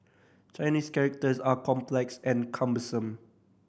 Chinese characters are complex and cumbersome